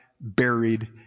buried